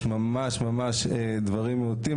יש ממש דברים מהותיים.